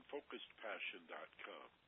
FocusedPassion.com